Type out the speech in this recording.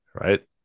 right